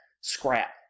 Scrap